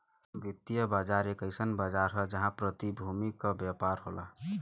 वित्तीय बाजार एक अइसन बाजार हौ जहां प्रतिभूति क व्यापार होला